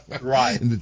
Right